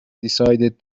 decided